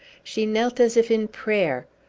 she knelt as if in prayer.